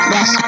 Yes